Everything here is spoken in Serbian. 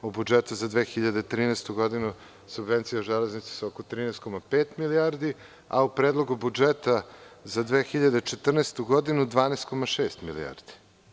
U budžetu za 2013. godinu subvencije „Železnica“ su oko 13,5 milijardi, a u Predlogu budžeta za 2014. godinu 12,6 milijardi.